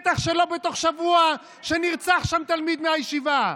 ובטח שלא בשבוע שנרצח שם תלמיד מהישיבה.